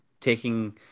taking